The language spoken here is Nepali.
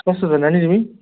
कस्तो छौ नानी तिमी